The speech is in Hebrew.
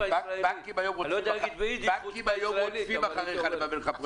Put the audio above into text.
בנקים רודפים אחריך לממן לך פרויקטים תשתיתיים,